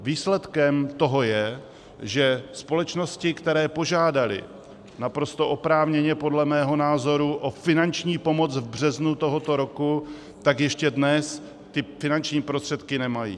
Výsledkem toho je, že společnosti, které požádaly naprosto oprávněně podle mého názoru o finanční pomoc v březnu tohoto roku, tak ještě dnes ty finanční prostředky nemají.